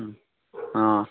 ꯎꯝ ꯑꯥ